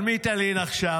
על מי תלין עכשיו?